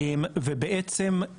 ובעצם,